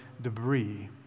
debris